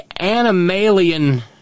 animalian